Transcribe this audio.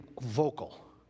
vocal